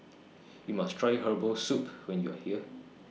YOU must Try Herbal Soup when YOU Are here